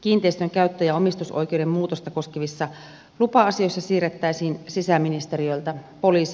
kiinteistön käyttö ja omistusoikeuden muutosta koskevissa lupa asioissa siirrettäisiin sisäministeriöltä poliisihallitukselle